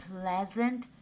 pleasant